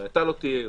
אולי אתה לא תהיה,